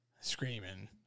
screaming